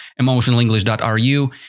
emotionalenglish.ru